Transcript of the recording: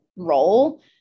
role